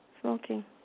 smoking